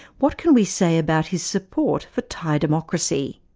what can we say about his support for thai democracy?